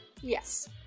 Yes